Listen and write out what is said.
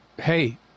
hey